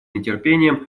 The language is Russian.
нетерпением